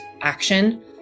action